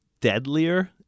deadlier